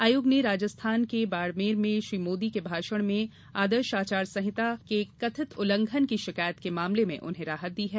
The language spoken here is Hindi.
आयोग ने राजस्थान के बाडमेर में श्री मोदी के भाषण में आदर्श आचार चुनाव संहिता के कथित उल्ल्ंघन की शिकायत के मामले में उन्हें राहत दी है